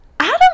Adam